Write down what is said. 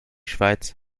schweiz